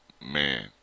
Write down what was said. man